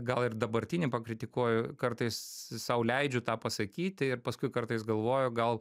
gal ir dabartinį pakritikuoju kartais sau leidžiu tą pasakyti ir paskui kartais galvoju gal